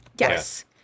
Yes